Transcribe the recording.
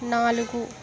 నాలుగు